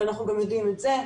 ואנחנו גם יודעים את זה.